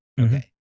Okay